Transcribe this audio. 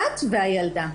את והילדה.